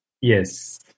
Yes